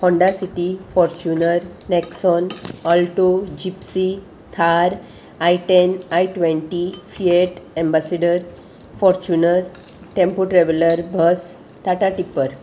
Honda city Fortuner Nexon Alto Gypsy Thar i ten i twenty Fiat Ambassador Fortuner tempo traveller bus Tata tipper